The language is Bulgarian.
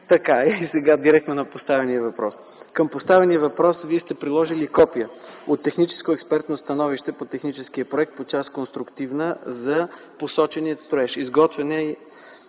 Иванов! Сега директно на поставения въпрос. Към въпроса Вие сте приложили копия от техническо експертно становище по техническия проект, по част „Конструктивна” за посочения строеж. Изготвена